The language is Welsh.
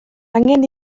angen